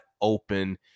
open